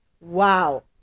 Wow